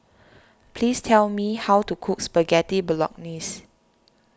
please tell me how to cook Spaghetti Bolognese